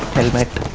helmet!